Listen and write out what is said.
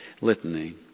Litany